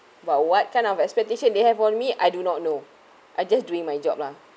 but what kind of expectation they have on me I do not know I just doing my job lah